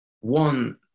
one